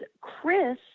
Chris